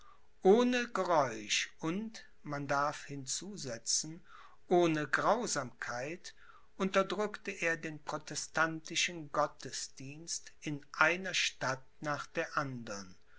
ohne geräusch und man darf hinzusetzen ohne grausamkeit unterdrückte er den protestantischen gottesdienst in einer stadt nach der andern